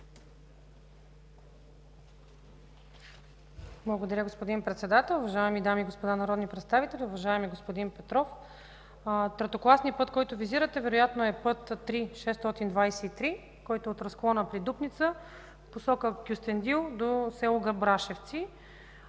Благодаря, господин Председател. Уважаеми дами и господа народни представители, уважаеми господин Петров! Третокласният път, който визирате, вероятно е път ІІІ-623 от разклона при Дупница в посока Кюстендил до с. Габрашевци,